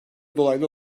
dolaylı